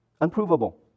unprovable